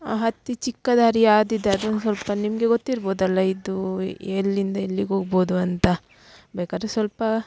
ಅತಿ ಚಿಕ್ಕ ದಾರಿ ಯಾವುದಿದೆ ಅದನ್ನು ಸ್ವಲ್ಪ ನಿಮಗೆ ಗೊತ್ತಿರ್ಬೋದಲ್ಲ ಇದೂ ಎಲ್ಲಿಂದ ಎಲ್ಲಿಗೆ ಹೋಗ್ಬೋದು ಅಂತ ಬೇಕಾದ್ರೆ ಸ್ವಲ್ಪ